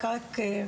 רק,